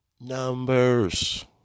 Numbers